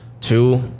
Two